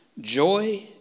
Joy